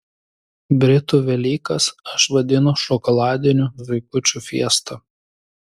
britų velykas aš vadinu šokoladinių zuikučių fiesta